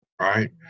right